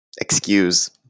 excuse